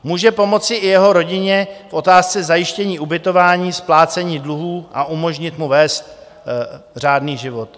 Může pomoci i jeho rodině, v otázce zajištění ubytování, splácení dluhů a umožnit mu vést řádný život.